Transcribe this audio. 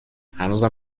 هنوزم